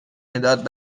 مداد